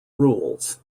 rules